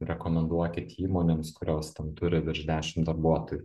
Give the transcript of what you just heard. rekomenduokit įmonėms kurios ten turi virš dešim darbuotojų